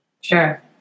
Sure